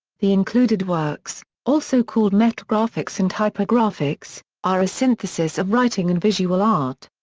the included works, also called metagraphics and hypergraphics, are a synthesis of writing and visual art.